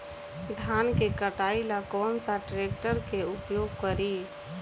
धान के कटाई ला कौन सा ट्रैक्टर के उपयोग करी?